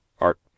art